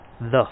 Thus